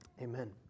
Amen